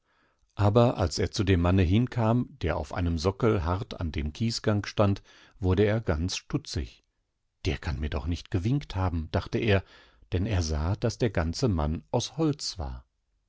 aber als er zu dem manne hinkam der auf einem sockel hart an dem kiesgang stand wurde er ganz stutzig der kann mir doch nicht gewinkt haben dachteer dennersah daßderganzemannausholzwar er blieb stehen und starrte ihn an es war